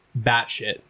batshit